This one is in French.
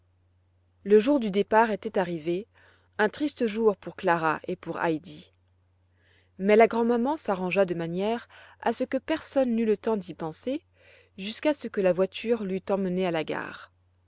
le jour du départ était arrivé un triste jour pour clara et pour heidi mais la grand'maman s'arrangea de manière à ce que personne n'eût le temps d'y penser jusqu'à ce que la voiture l'eut emmenée à la gare